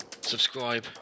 subscribe